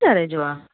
ॿी हज़ारे जो आहे